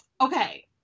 Okay